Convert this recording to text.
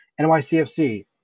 NYCFC